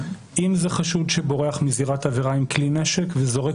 אם זה חשוד שבורח מזירת עבירה עם כלי נשק וזורק